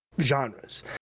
genres